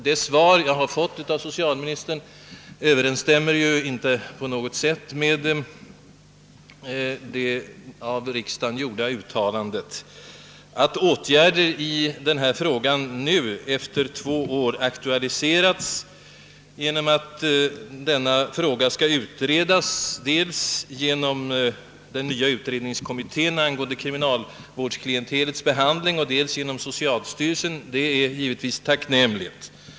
Det svar jag har fått av socialministern överensstämmer inte på något sätt med det av riksdagen gjorda uttalandet. Att åtgärder i denna fråga nu, efter två år, aktualiserats, genom beskedet i dag att frågan skall utredas dels genoni den nya utredningskommittén angående kriminalvårdsklientelets behandling; dels genom socialstyrelsen, är givetvis bara tacknämligt.